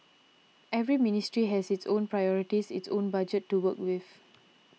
every ministry has its own priorities its own budget to work with